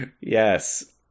Yes